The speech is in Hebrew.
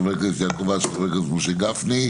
חבר הכנסת יעקב אשר וחבר הכנסת משה גפני.